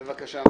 בבקשה,